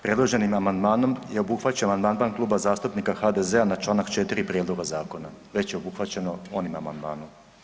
Predloženim amandmanom je obuhvaćen amandman Kluba zastupnika HDZ-a na čl. 4. prijedloga zakona, već je obuhvaćeno onim amandmanom.